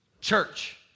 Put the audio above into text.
church